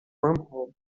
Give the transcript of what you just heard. wormhole